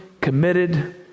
committed